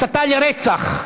הסתה לרצח.